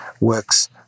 works